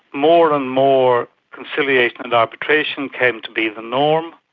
more and more conciliation and arbitration came to be the norm,